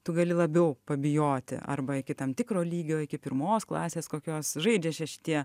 tu gali labiau pabijoti arba iki tam tikro lygio iki pirmos klasės kokios žaidžia čia šitie